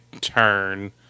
turn